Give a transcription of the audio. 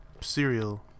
cereal